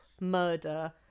murder